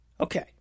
Okay